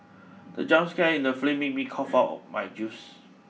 the jump scare in the film made me cough out my juice